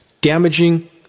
damaging